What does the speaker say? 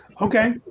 Okay